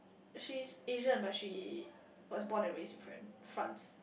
she is Asian but she was born and raised in France